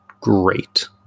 great